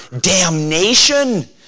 damnation